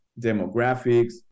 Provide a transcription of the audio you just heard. demographics